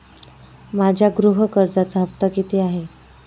माझ्या गृह कर्जाचा हफ्ता किती आहे?